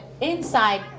inside